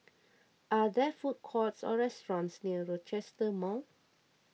are there food courts or restaurants near Rochester Mall